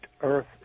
earth